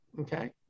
Okay